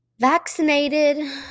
vaccinated